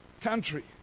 country